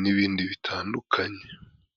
n'ibindi bitandukanye.